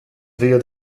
wir